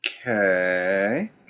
Okay